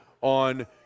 on